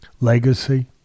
legacy